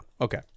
okay